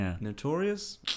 notorious